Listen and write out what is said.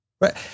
Right